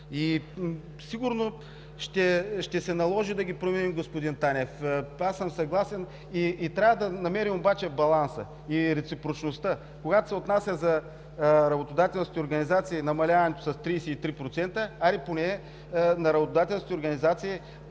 Сигурно ще се наложи да ги променим, господин Танев, аз съм съгласен, обаче трябва да намерим баланса и реципрочността. Когато се отнася за работодателски организации и намаляването с 33% – хайде, поне на работодателските организации